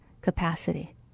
capacity